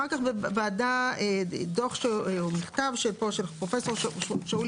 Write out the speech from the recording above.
אחר כך בוועדה מכתב של פרופ' של שאול